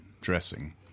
dressing